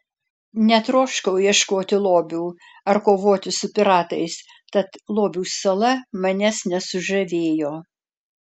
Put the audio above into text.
netroškau ieškoti lobių ar kovoti su piratais tad lobių sala manęs nesužavėjo